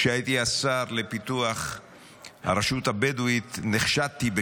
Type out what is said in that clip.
כשהייתי השר לפיתוח הרשות הבדואית נחשדתי על